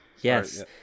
Yes